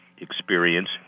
experience